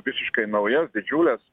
visiškai naujas didžiules